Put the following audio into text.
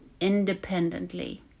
independently